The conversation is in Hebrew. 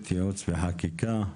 ייעוץ וחקיקה.